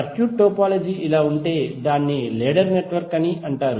circuit topology ఇలా ఉంటే దాన్ని లాడర్ నెట్వర్క్ అంటారు